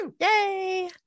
Yay